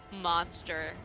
monster